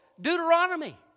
Deuteronomy